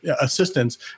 assistance